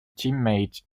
teammate